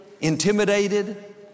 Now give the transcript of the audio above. intimidated